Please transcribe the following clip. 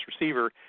receiver